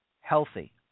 healthy